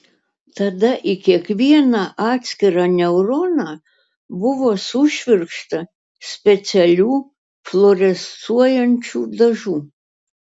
tada į kiekvieną atskirą neuroną buvo sušvirkšta specialių fluorescuojančių dažų